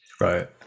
right